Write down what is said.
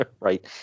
Right